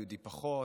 מי יהודי פחות,